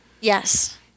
yes